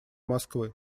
москвы